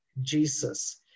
jesus